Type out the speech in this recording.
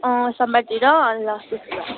अँ सोमबारतिर ल त्यसो भए